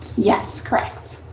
yes. correct.